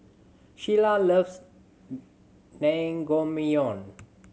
Sheila loves Naengmyeon